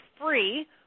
free